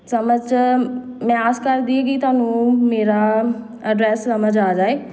ਸਮਝ 'ਚ ਮੈਂ ਆਸ ਕਰਦੀ ਹਾਂ ਕਿ ਤੁਹਾਨੂੰ ਮੇਰਾ ਐਡਰੈਸ ਸਮਝ ਆ ਜਾਏ